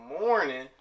morning